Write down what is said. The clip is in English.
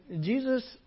Jesus